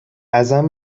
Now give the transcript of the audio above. ازم